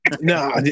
No